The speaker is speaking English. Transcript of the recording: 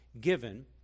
given